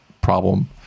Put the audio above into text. problem